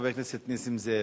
חבר הכנסת נסים זאב,